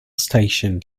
station